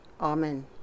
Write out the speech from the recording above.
Amen